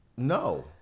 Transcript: No